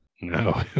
No